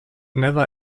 never